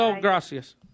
Gracias